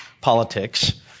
politics